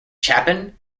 chapin